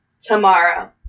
tomorrow